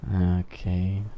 Okay